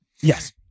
Yes